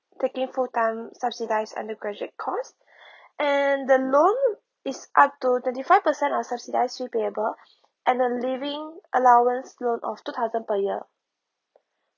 taking full time subsidize undergraduate course and the loan is up to twenty five percent of subsidize fee payable and the living allowance loan of two thousand per year